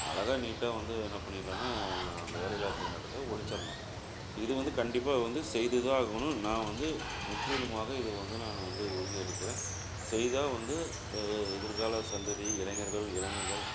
அழகா நீட்டாக வந்து என்ன பண்ணிடலான்னா அந்த வேலையில்லா திண்டாட்டத்தை ஒழிச்சிடலாம் ஸோ இது வந்து கண்டிப்பாக வந்து செய்துதான் ஆகணும் நான் வந்து முற்றிலுமாக இதை வந்து நான் வந்து உறுதி அளிக்கிறேன் செய்தால் வந்து எதிர்கால சந்ததி இளைஞர்கள் இளைஞிகள்